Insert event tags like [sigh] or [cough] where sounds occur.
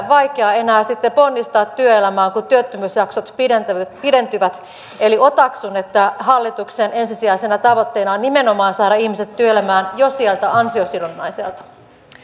[unintelligible] vaikeaa enää sitten ponnistaa työelämään kun työttömyysjaksot pidentyvät pidentyvät eli otaksun että hallituksen ensisijaisena tavoitteena on nimenomaan saada ihmiset työelämään jo sieltä ansiosidonnaiselta